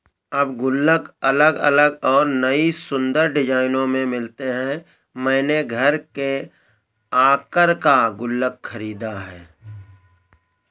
अब गुल्लक अलग अलग और नयी सुन्दर डिज़ाइनों में मिलते हैं मैंने घर के आकर का गुल्लक खरीदा है